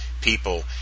people